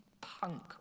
punk